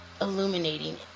illuminating